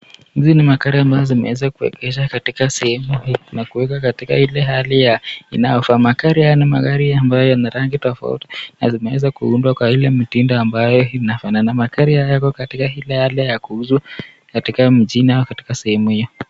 Hizi ni magari ambazo zimeweza kuegeshwa katika sehemu hii na kuwekwa katika ile hali ya inayofaa. Magari hayo ni magari ambayo yana rangi tofauti na zimeweza kuundwa kwa ile mitindo ambayo inafanana. Magari hayo yako katika ile hali ya kuuzwa katika Uchina katika sehemu hiyo.